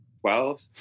Twelve